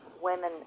women